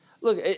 look